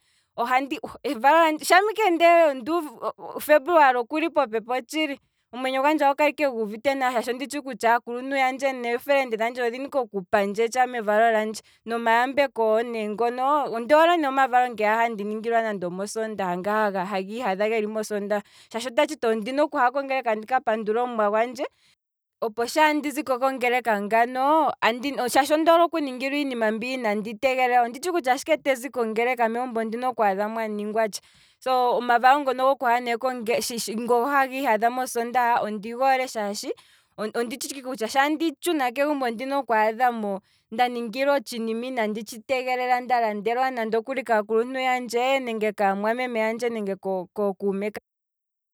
Oh ohandi uvu, evalo lyandje, shaa ike ndee febuluali okuli popepi, otshiliomwenyo gwandje ohagu kala ike guuvite nawa shaashi onditshi kutya aakuluntu yandje neefelende dhandje odhina ike okupandje tsha mevalo lyandje, nomayambeko wo nee ngono, ondoole ne omavalonga haga ningilwa mosoondaha, nga haga ihadha geli mosoondaha, shaashi ota tshiti ondina okuha kongeleka ndika pandule omuwa gwandje, opo shaa ndizikokongeleka ngano, shaashi ondi hole okuningilwa iinima mbi inandi tegelela, onditshi kutya shi ike andizi kongeleka ondina okwaadha mwa ningwa tsha, omavalo ngono goku ha nekongeleka, haga ihadha mosondaha, ondi goole shashi onditshi ike kutya sho tandi tshuna kegumbo, ondina okwaadha mo nda ningilwa otshiima inandi tshi tegelela, nda alndelwa nande okuli kaakuluntu yandje, kaamwameme yandje nenge kookuume kandje